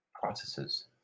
processes